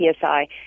PSI